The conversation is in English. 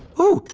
ooh,